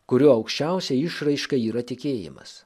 kurio aukščiausia išraiška yra tikėjimas